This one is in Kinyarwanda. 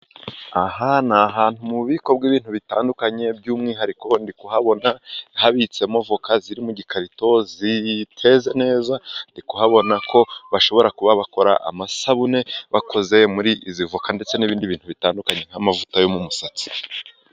Aha ni ahantu mu bubiko bw'ibintu bitandukanye by'umwihariko ndi kubona habitsemo voka ziri mu gikarito ziteza neza, ndikuhabona ko bashobora kuba bakora amasabune bakoze muri izi voka, ndetse n'ibindi bintu bitandukanye nk'amavuta yo mu musatsi.